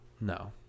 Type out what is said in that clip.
No